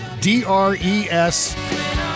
D-R-E-S